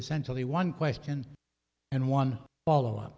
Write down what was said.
essentially one question and one follow